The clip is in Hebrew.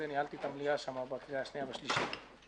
כשניהלתי את המליאה בקריאה השנייה והשלישית.